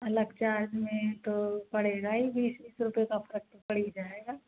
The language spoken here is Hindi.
अलग चार्ज में तो पड़ेगा ही बीस तीस रुपए का फर्क तो पड़ ही जाएगा